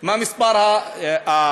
מה מספר הנרשמים?